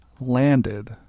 landed